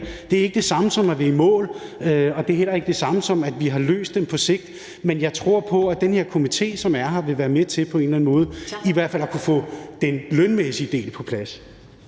Det er ikke det samme, som at vi er i mål, og det er heller ikke det samme, som at vi har løst dem på sigt, men jeg tror på, at den her komité, som er her, vil være med til på en eller anden måde i hvert fald at kunne få den lønmæssige del på plads.